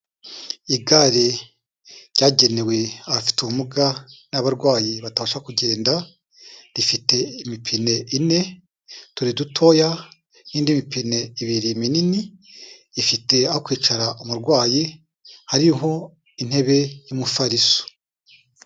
Igare ryagenewe abafite ubumuga n'abarwayi batabasha kugenda, rifite imipine ine, tubiri dutoya n'indi ine, ibiri minini, rifite aho kwicara umurwayi, hariho intebe y'umufariso.